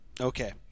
Okay